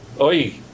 Oi